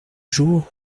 jour